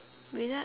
without